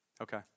Okay